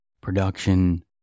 production